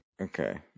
Okay